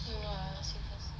no lah see first